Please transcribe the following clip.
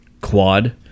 quad